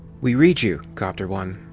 we read you, copter one.